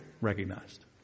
recognized